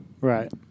Right